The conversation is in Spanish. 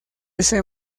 ese